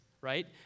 right